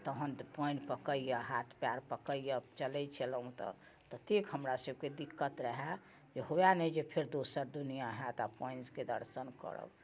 पानि पकैए हाथ पयर पकैए चलै छलहुँ हँ तऽ ततेक हमरा सबके दिक्कत रहै जे होइ ने फेर दोसर दुनिआ हैत आओर पानिके दर्शन करब